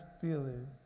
feeling